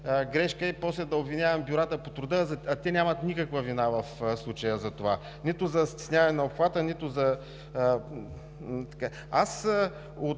грешка и после да обвиняваме бюрата по труда, а те нямат никаква вина в случая за това – нито за стесняване на обхвата, нито за… Това,